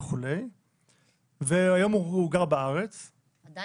וגר היום בארץ -- עדיין?